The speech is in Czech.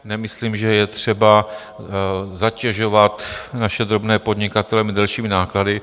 Nemyslím, že je třeba zatěžovat naše drobné podnikatele dalšími náklady.